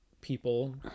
people